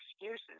excuses